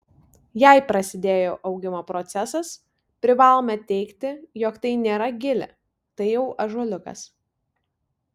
jei prasidėjo augimo procesas privalome teigti jog tai nėra gilė tai jau ąžuoliukas